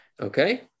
Okay